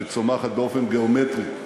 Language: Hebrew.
שצומחת באופן גיאומטרי,